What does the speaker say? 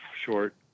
short